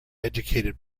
educated